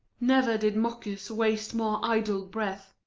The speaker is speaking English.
never did mockers waste more idle breath.